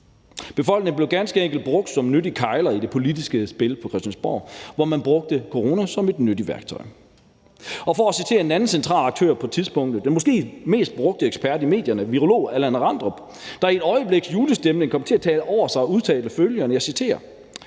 Befolkningen blev ganske enkelt brugt som nyttige kegler i det politiske spil på Christiansborg, hvor man brugte corona som et nyttigt værktøj. Der kan også citeres en anden central aktør på tidspunktet, den måske mest brugte ekspert i medierne, virologen Allan Randrup, der i et øjebliks julestemning kom til at tale over sig og udtalte følgende, og jeg citerer: